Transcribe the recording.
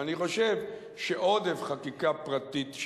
שאני חושב שעודף חקיקה פרטית,